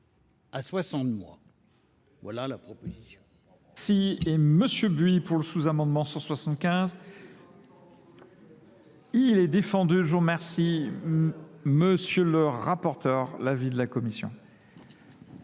à 60 mois. Voilà la proposition.